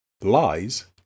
lies